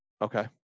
Okay